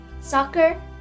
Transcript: soccer